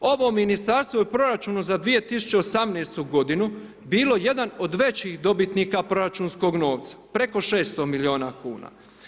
Ovo ministarstvo je u proračunu za 2018. godinu bilo jedan od većih dobitnika proračunskog novca, preko 600 milijuna kuna.